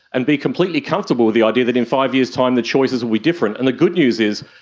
and be completely comfortable with the idea that in five years' time the choices will be different. and the good news is,